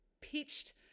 pitched